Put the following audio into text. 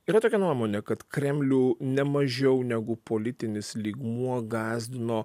yra tokia nuomonė kad kremlių nemažiau negu politinis lygmuo gąsdino